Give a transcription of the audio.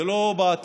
זה לא בעתיד,